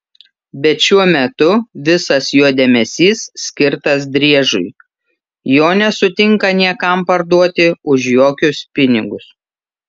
bet šiuo metu visas jo dėmesys skirtas driežui jo nesutinka niekam parduoti už jokius pinigus